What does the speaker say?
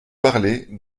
parlez